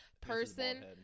person